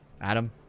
Adam